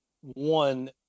One